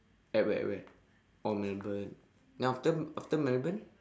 at where at where oh melbourne then after after melbourne